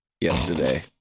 yesterday